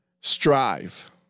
strive